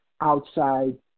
outside